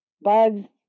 bugs